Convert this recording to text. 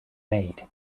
made